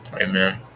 Amen